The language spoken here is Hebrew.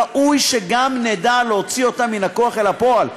ראוי שגם נדע להוציא אותה מן הכוח אל הפועל.